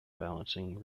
balancing